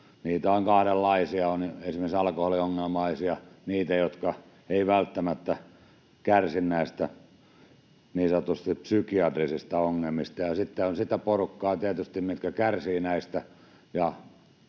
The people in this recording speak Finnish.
on usein kahdenlaisia. On esimerkiksi alkoholiongelmaisia, niitä, jotka eivät välttämättä kärsi näistä niin sanotusti psykiatrisista ongelmista, ja sitten on tietysti sitä porukkaa, mikä kärsii näistä